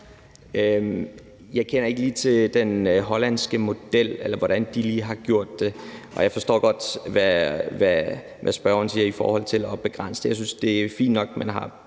Jeg kender ikke lige til den hollandske model, eller hvordan de lige har gjort det, og jeg forstår godt, hvad spørgeren siger i forhold til at begrænse det. Jeg synes, at det er fint nok, at man har